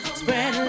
spread